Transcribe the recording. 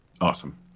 Awesome